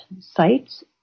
sites